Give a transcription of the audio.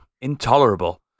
intolerable